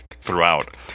throughout